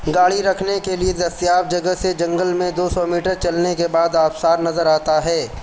گاڑی رکھنے کے لیے دستیاب جگہ سے جنگل میں دو سو میٹر چلنے کے بعد آبشار نظر آتا ہے